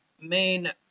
main